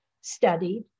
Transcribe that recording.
studied